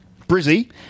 Brizzy